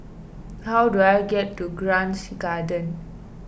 how do I get to Grange Garden